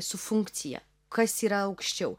su funkcija kas yra aukščiau